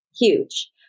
huge